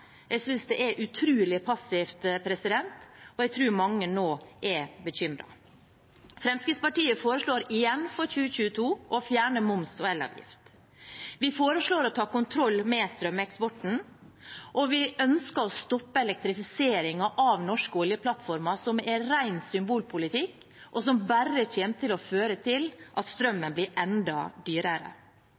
Jeg synes det er utrolig passivt. Jeg tror mange nå er bekymret. Fremskrittspartiet foreslår igjen for 2022 å fjerne moms og elavgift. Vi foreslår å ta kontroll med strømeksporten, og vi ønsker å stoppe elektrifiseringen av norske oljeplattformer, som er ren symbolpolitikk, og som bare kommer til å føre til at strømmen blir enda dyrere.